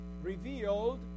revealed